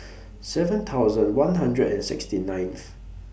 seven thousand one hundred and sixty ninth